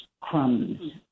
crumbs